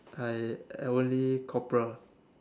I I only corporal